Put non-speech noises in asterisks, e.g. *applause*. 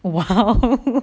!wow! *laughs*